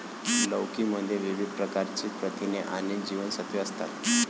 लौकी मध्ये विविध प्रकारची प्रथिने आणि जीवनसत्त्वे असतात